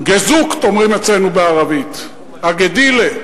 "געזוקט", אומרים אצלנו בערבית, "א-גֶדילֶה",